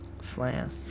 Slam